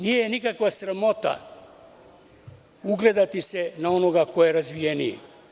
Nije nikakva sramota ugledati se na onoga ko je razvijeniji.